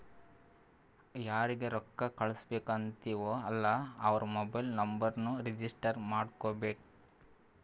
ಯಾರಿಗ ರೊಕ್ಕಾ ಕಳ್ಸುಬೇಕ್ ಅಂತಿವ್ ಅಲ್ಲಾ ಅವ್ರ ಮೊಬೈಲ್ ನುಂಬರ್ನು ರಿಜಿಸ್ಟರ್ ಮಾಡ್ಕೋಬೇಕ್